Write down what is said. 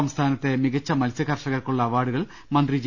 സംസ്ഥാനത്തെ മികച്ച മത്സ്യ കർഷകർക്കുള്ള അവാർഡുകൾ മന്ത്രി ജെ